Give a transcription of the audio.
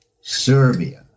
Serbia